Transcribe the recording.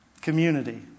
Community